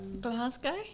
Glasgow